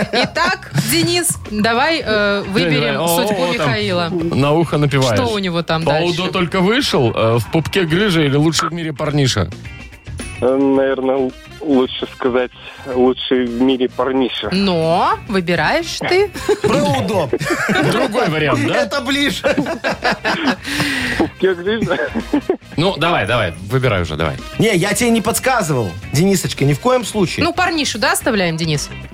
Итак, Денис, давай, э, Не, не, давай. выберем О, судьбу о, о, там. Михаила. На ухо напеваешь. Что у него там По УДО дальше? только вышел, э, в пупке грыжа или лучший в мире парниша? Э, наверное, л- лучше сказать, лучший в мире парниша. Но выбираешь ты. Про УДО бы. Другой вариант, да? Это ближе. В пупке грыжа. Ну, давай, давай, выбирай уже, давай. Не, я тебе не подсказывал, Денисочка, ни в коем случае. Ну, парнишу, да, оставляем, Денис?